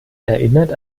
erinnert